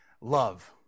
Love